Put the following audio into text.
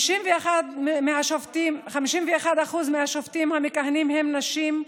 51% מהשופטים המכהנים הן נשים.